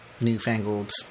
newfangled